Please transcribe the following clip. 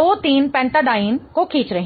23 pentadiene 23 pentadiene को खींच रहे हूं